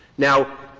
now,